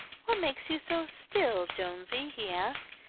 what makes you so still, jonesy? he asked.